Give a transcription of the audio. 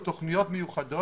יש לנו תוכניות מיוחדות.